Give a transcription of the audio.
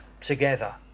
together